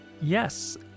yes